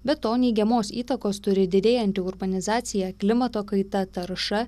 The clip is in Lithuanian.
be to neigiamos įtakos turi didėjanti urbanizacija klimato kaita tarša